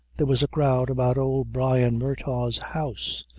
there was a crowd about old brian murtagh's house,